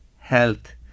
health